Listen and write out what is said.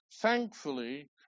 Thankfully